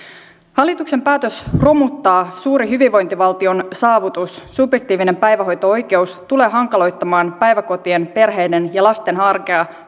hallituksen päätös romuttaa suuri hyvinvointivaltion saavutus subjektiivinen päivähoito oikeus tulee hankaloittamaan päiväkotien perheiden ja lasten arkea